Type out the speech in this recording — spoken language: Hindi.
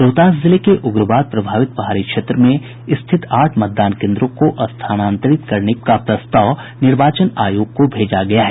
रोहतास जिले के उग्रवाद प्रभावित पहाड़ी क्षेत्र में स्थित आठ मतदान केन्द्रों को स्थानांतरित करने की प्रस्ताव निर्वाचन आयोग को भेजा गया है